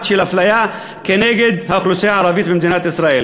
של אפליה כנגד האוכלוסייה הערבית במדינת ישראל.